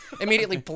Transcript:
Immediately